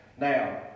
Now